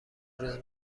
روز